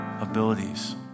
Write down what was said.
abilities